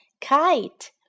Kite